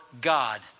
God